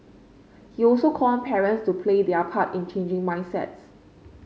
he also called on parents to play their part in changing mindsets